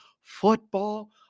football